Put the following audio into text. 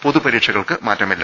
പൊതു പരീക്ഷകൾക്ക് മാറ്റമില്ല